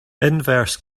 inverse